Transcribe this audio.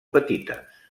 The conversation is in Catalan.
petites